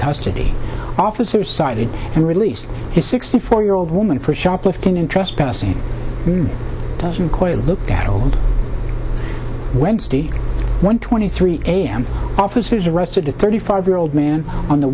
custody officer cited and released his sixty four year old woman for shoplifting and trespassing doesn't quite look at old wednesday one twenty three a m officers arrested the thirty five year old man on the